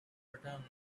written